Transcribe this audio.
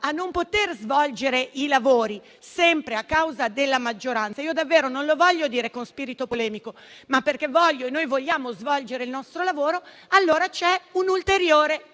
a non poter svolgere i lavori sempre a causa della maggioranza (davvero non lo voglio dire con spirito polemico, ma perché noi vogliamo fare il nostro lavoro), allora c'è un'ulteriore